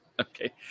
Okay